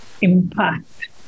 impact